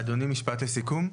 אדוני, משפט לסיכום.